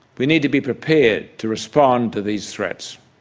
we need to be prepared to respond to these threats,